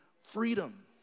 freedom